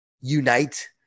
unite